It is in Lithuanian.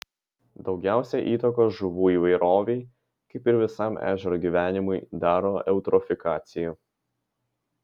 daugiausiai įtakos žuvų įvairovei kaip ir visam ežero gyvenimui daro eutrofikacija